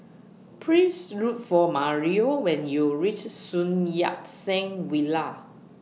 Please Look For Mario when YOU REACH Sun Yat Sen Villa